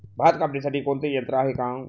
भात कापणीसाठी कोणते यंत्र आहेत का?